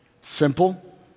Simple